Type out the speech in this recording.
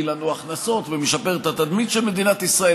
לנו הכנסות ומשפר את התדמית של מדינת ישראל,